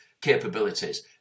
capabilities